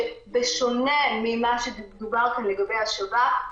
שבשונה ממה שדובר כאן לגבי השב"כ,